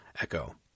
Echo